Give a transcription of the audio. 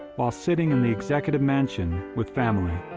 while sitting in the executive mansion with family.